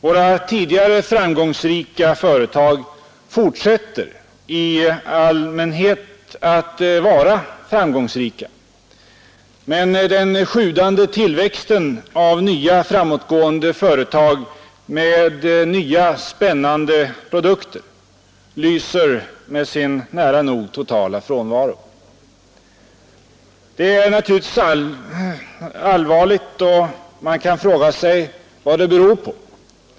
Våra tidigare framgångsrika företag fortsätter i allmänhet att vara framgångsrika. Men den sjudande tillväxten av nya, framåtgående företag med nya, spännande produkter lyser med sin nära nog totala frånvaro. Det är naturligtvis allvarligt och man kan fråga sig vad det beror på.